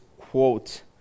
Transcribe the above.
quote